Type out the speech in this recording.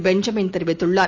Benjamin தெரிவித்துள்ளார்